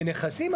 בנכסים.